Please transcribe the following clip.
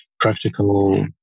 practical